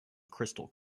crystal